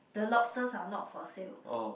the lobsters are not for sale